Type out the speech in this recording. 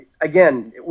again